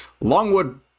Longwood